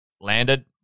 landed